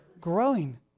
growing